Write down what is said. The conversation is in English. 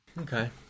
Okay